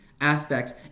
aspects